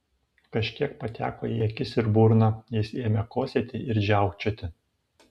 kažkiek pateko į akis ir burną jis ėmė kosėti ir žiaukčioti